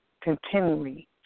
Continually